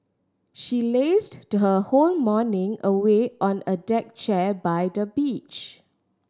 she lazed to her whole morning away on a deck chair by the beach